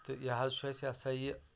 تہٕ یہِ حظ چھُ اَسہِ یہِ ہَسا یہِ